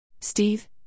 Steve